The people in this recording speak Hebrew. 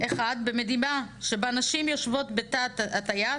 אחד במדינה שבה נשים יושבות בתא הטייס,